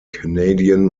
canadian